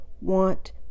want